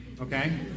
okay